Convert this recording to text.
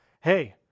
hey